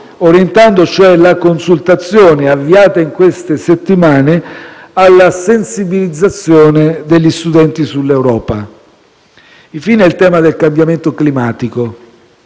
orientando cioè la consultazione avviata in queste settimane alla sensibilizzazione degli studenti sull'Europa. Infine, vi è il tema del cambiamento climatico.